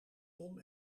tom